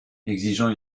exigeant